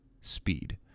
speed